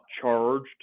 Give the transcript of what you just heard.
charged